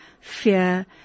fear